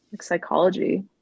psychology